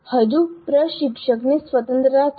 હજુ પ્રશિક્ષકને સ્વતંત્રતા છે